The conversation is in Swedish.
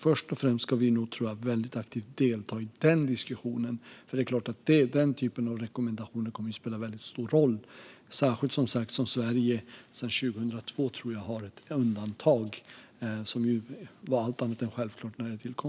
Först och främst tror jag dock att vi ska delta väldigt aktivt i den diskussionen, för det är klart att den typen av rekommendationer kommer att spela väldigt stor roll - särskilt som Sverige som sagt har ett undantag från 2002, tror jag att det är. Det var allt annat än självklart när det tillkom.